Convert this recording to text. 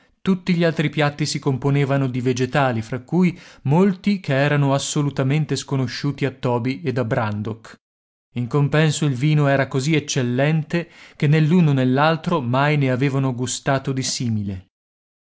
tutti gli altri piatti si componevano di vegetali fra cui molti che erano assolutamente sconosciuti a toby ed a brandok in compenso il vino era così eccellente che né l'uno né l'altro mai ne avevano gustato di simile